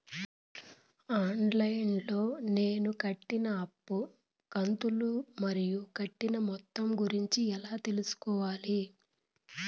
On line లో నేను కట్టిన అప్పు కంతులు మరియు కట్టిన మొత్తం గురించి ఎలా తెలుసుకోవాలి?